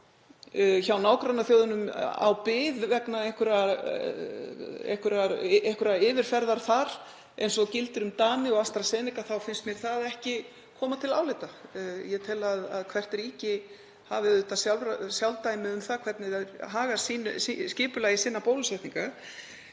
hjá nágrannaþjóðunum vegna einhverrar yfirferðar þar, eins og gildir um Dani og AstraZeneca, þá finnst mér það ekki koma til álita. Ég tel að hvert ríki hafi auðvitað sjálfdæmi um það hvernig þau haga skipulagi bólusetninga